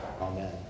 Amen